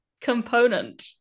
component